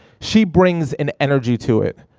she brings an energy to it.